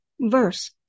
verse